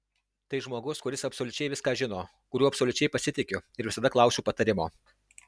tai žmogus kuris absoliučiai viską žino kuriuo absoliučiai pasitikiu ir visada klausiu patarimo